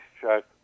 check